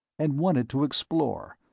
and wanted to explore,